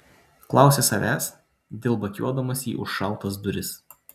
klausė savęs dilbakiuodamas į užšautas duris